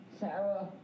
Sarah